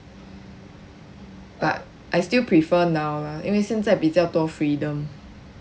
I still prefer now lah 因为现在比较多 freedom